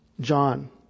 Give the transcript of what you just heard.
John